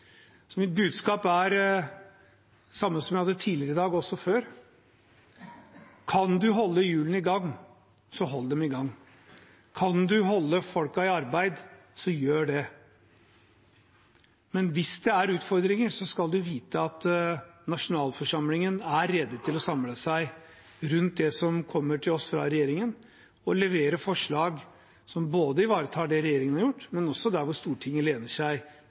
så hold dem i gang. Kan du holde folk i arbeid, så gjør det. Men hvis det er utfordringer, skal du vite at nasjonalforsamlingen er rede til å samle seg rundt det som kommer fra regjeringen, og levere forslag som både ivaretar det regjeringen har gjort, og at Stortinget lener seg